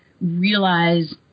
realize